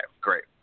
great